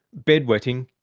bedwetting,